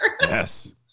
yes